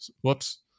Whoops